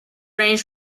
ranged